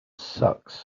sucks